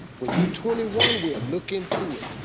when you're twenty one, we'll look into it,